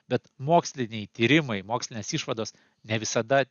bet moksliniai tyrimai mokslinės išvados ne visada